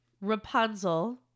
Rapunzel